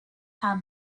how